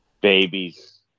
babies